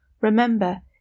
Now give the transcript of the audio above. Remember